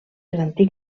l’antic